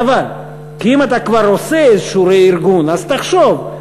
חבל, כי אם אתה כבר עושה איזה רה-ארגון, אז תחשוב.